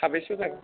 साबेसे जों